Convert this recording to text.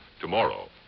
tomorrow